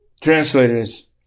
translators